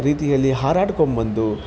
ರೀತಿಯಲ್ಲಿ ಹಾರಾಡ್ಕೋಬಂದು